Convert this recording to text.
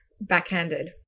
backhanded